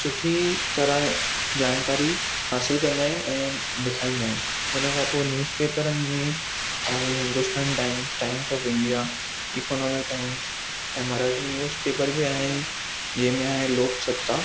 सुठी तरह जानकारी हासिलु कंदा आहिनि ऐं ॾेखारींदा आहिनि हुन खां पोइ न्यूज़ पेपरनि में ऐं Hindustan Times Times of India Economic Times ऐं मराठी न्यूज़ पेपर बि आहिनि जेंहिं में आहे लोकसत्ता